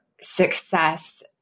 success